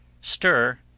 stir